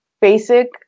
basic